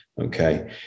Okay